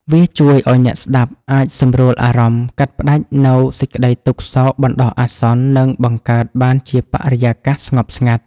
វាជួយឱ្យអ្នកស្តាប់អាចសម្រួលអារម្មណ៍ កាត់ផ្តាច់នូវសេចក្តីទុក្ខសោកបណ្តោះអាសន្ន និងបង្កើតបានជាបរិយាកាសស្ងប់ស្ងាត់